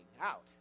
out